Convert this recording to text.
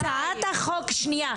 שנייה,